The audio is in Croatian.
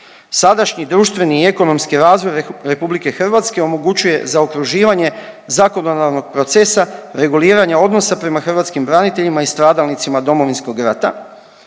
Sadašnji društveni i ekonomski razvoj RH omogućuje zaokruživanje zakonodavnog procesa reguliranja odnosa prema hrvatskim braniteljima i stradalnicima Domovinskog rata.